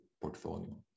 portfolio